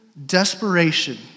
Desperation